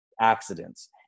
accidents